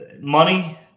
money